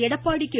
Edappadi K